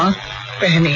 mask पहनें